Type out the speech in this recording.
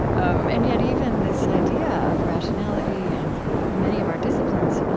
um and yet, even this idea of rationality and many of our disciplines